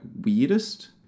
weirdest